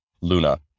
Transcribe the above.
Luna